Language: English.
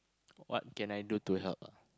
what can I do to help